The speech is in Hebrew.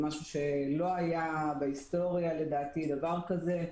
זה משהו שלא היה בהיסטוריה לדעתי דבר כזה,